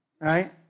right